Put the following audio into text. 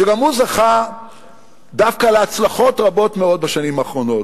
שגם הוא זכה דווקא להצלחות רבות מאוד בשנים האחרונות,